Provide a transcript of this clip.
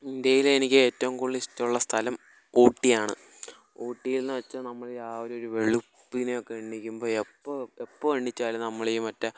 ഇന്ത്യയിൽ എനിക്കേറ്റവും കൂടുതൽ ഇഷ്ടമുള്ള സ്ഥലം ഊട്ടിയാണ് ഊട്ടിയെന്ന് വച്ചാൽ നമ്മൾ രാവിലെ ഒരു വെളുപ്പിനൊക്കെ എണീക്കുമ്പോൾ എപ്പോൾ എപ്പോൾ എണീച്ചാലും നമ്മൾ ഈ മറ്റേ